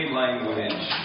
language